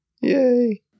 Yay